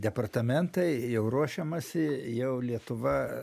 departamentai jau ruošiamasi jau lietuva